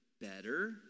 better